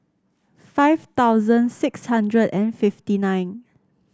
five thousand six hundred and fifty nine